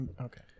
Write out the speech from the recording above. Okay